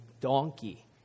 donkey